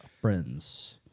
friends